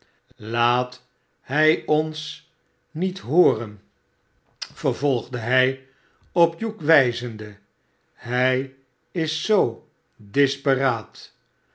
laat hij ons met hooren vervolgde hij op hugh wijzende hij is zoo disperaat